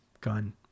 gun